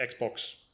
Xbox